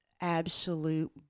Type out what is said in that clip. absolute